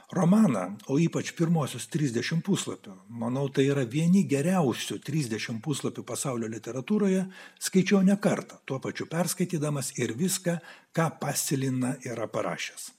romaną o ypač pirmuosius trisdešim puslapių manau tai yra vieni geriausių trisdešim puslapių pasaulio literatūroje skaičiau ne kartą tuo pačiu perskaitydamas ir viską ką pasilina yra parašęs